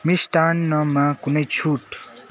मिष्टान्नमा कुनै छुट